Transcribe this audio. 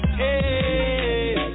hey